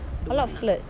a lot of flirt